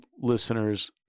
listener's